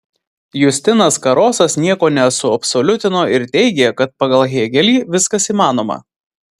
justinas karosas nieko nesuabsoliutino ir teigė kad pagal hėgelį viskas įmanoma